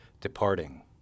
departing